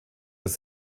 des